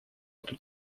эту